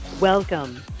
Welcome